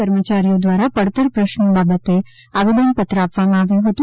કર્મચારીઓ દ્વારા પડતર પ્રશ્નો બાબતે આવેદનપત્ર આપવામાં આવ્યું હતું